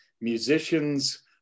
musicians